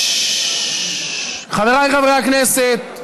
חבריי חברי הכנסת,